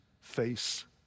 face